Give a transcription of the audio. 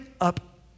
up